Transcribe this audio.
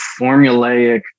formulaic